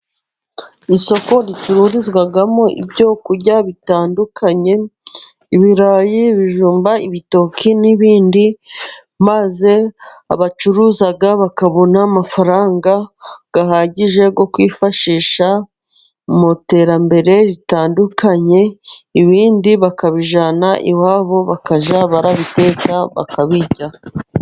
Isoko ducururizwamo ibyo kurya bitandukanye ibirayi, bijumba, ibitoki n'ibindi maze abacuruza bakabona amafaranga ahagije yo kwifashisha, mu iterambere ritandukanye, ibindi bakabijyana iwabo bakajya babiteka bakabirya.